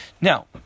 now